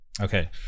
Okay